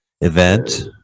event